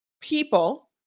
people